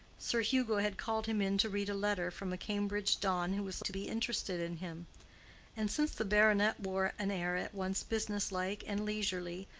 sir hugo had called him in to read a letter from a cambridge don who was to be interested in him and since the baronet wore an air at once business-like and leisurely,